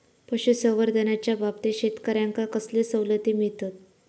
पशुसंवर्धनाच्याबाबतीत शेतकऱ्यांका कसले सवलती मिळतत?